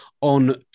on